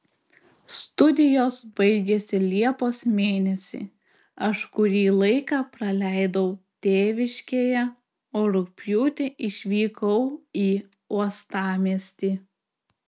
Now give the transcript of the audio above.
studijos baigėsi liepos mėnesį aš kurį laiką praleidau tėviškėje o rugpjūtį išvykau į uostamiestį